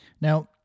now